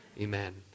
Amen